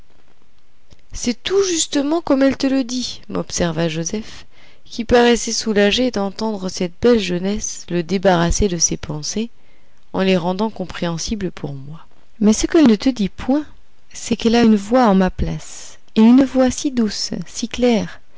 c'est tout justement comme elle te le dit m'observa joseph qui paraissait soulagé d'entendre cette belle jeunesse le débarrasser de ses pensées en les rendant compréhensibles pour moi mais ce qu'elle ne te dit point c'est qu'elle a une voix en ma place et une voix si douce si claire